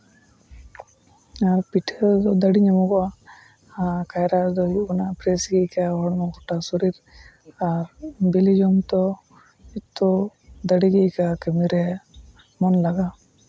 ᱚᱱᱟ ᱯᱤᱴᱷᱟᱹ ᱨᱮ ᱫᱟᱲᱮ ᱧᱟᱢᱚᱜᱚᱜᱼᱟ ᱟᱨ ᱠᱟᱭᱨᱟ ᱨᱮᱫᱚ ᱦᱩᱭᱩᱜ ᱠᱟᱱᱟ ᱯᱷᱨᱮᱹᱥᱜᱮ ᱟᱹᱭᱠᱟᱹᱜᱼᱟ ᱦᱚᱲᱢᱚ ᱜᱚᱴᱟ ᱥᱚᱨᱤᱨ ᱟᱨ ᱵᱤᱞᱤ ᱡᱚᱢ ᱛᱚ ᱦᱳᱭᱛᱳ ᱫᱟᱲᱮ ᱜᱮ ᱟᱹᱭᱠᱟᱹᱜᱼᱟ ᱠᱟᱹᱢᱤ ᱨᱮ ᱢᱚᱱ ᱞᱟᱜᱟᱜᱼᱟ